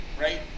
right